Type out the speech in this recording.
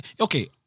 okay